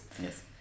Yes